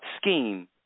scheme